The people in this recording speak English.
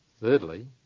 Thirdly